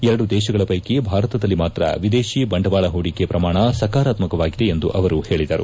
ಎರಡು ದೇಶಗಳ ಪ್ಲೆಕಿ ಭಾರತದಲ್ಲಿ ಮಾತ್ರ ವಿದೇಶಿ ಬಂಡವಾಳ ಹೂಡಿಕೆ ಪ್ರಮಾಣ ಸಕಾರಾತ್ಸಕವಾಗಿದೆ ಎಂದು ಅವರು ಹೇಳಿದರು